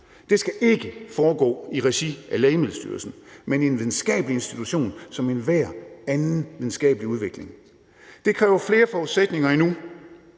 Det skal ikke foregå i regi af Lægemiddelstyrelsen, men i en videnskabelig institution som med enhver anden videnskabelig udvikling. Det kræver flere forudsætninger endnu,